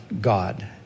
God